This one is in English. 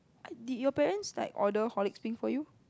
did your parents like order horlicks peng for you